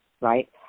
right